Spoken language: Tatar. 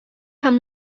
һәм